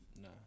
no